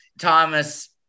Thomas